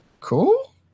cool